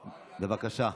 בבקשה.